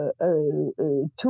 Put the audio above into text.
two